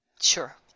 Sure